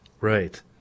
Right